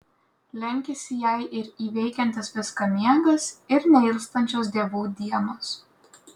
lenkiasi jai ir įveikiantis viską miegas ir neilstančios dievų dienos